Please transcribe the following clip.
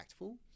impactful